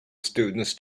students